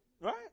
Right